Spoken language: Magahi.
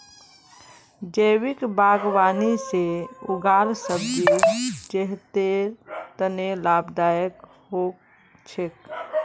जैविक बागवानी से उगाल सब्जी सेहतेर तने लाभदायक हो छेक